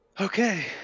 Okay